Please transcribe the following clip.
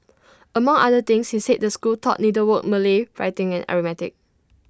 among other things he said the school taught needlework Malay writing and arithmetic